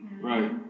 Right